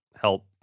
help